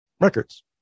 records